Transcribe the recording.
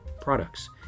products